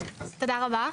תודה רבה.